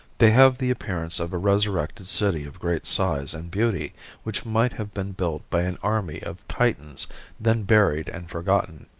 they have the appearance of a resurrected city of great size and beauty which might have been built by an army of titans then buried and forgotten.